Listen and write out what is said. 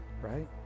right